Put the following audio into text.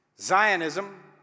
Zionism